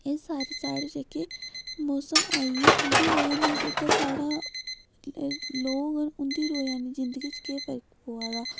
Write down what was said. एह् सारे साढ़े जेह्के मौसम आई गे इं'दी वजह कन्नै जेह्का साढ़ा लोग न उंदी रोजाना जिन्दगी च केह् फर्क पोआ दा